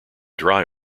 dry